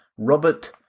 Robert